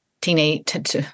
teenage